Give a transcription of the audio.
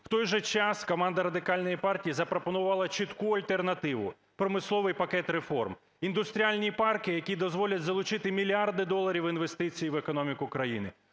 В той же час команда Радикальної партії запропонувала чітку альтернативу – промисловий пакет реформ: індустріальні парки, які дозволять залучити мільярди доларів інвестицій в економіку країни;